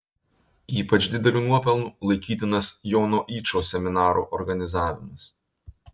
ypač dideliu nuopelnu laikytinas jono yčo seminaro organizavimas